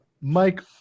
mike